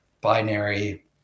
binary